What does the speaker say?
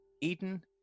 Eden